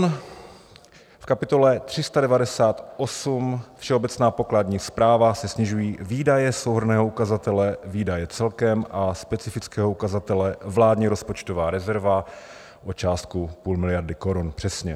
V kapitole 398 Všeobecná pokladní správa se snižují výdaje souhrnného ukazatele výdaje celkem a specifického ukazatele vládní rozpočtová rezerva o částku půl miliardy korun přesně.